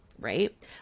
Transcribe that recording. right